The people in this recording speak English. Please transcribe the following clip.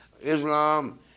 Islam